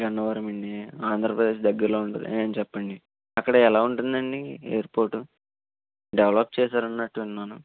గన్నవరమండీ ఆంధ్రప్రదేశ్ దగ్గరలో ఉంటుంది చెప్పండి అక్కడ ఎలా ఉంటుందండి ఎయిర్పోర్టు డెవెలప్ చేసారన్నట్టు విన్నాను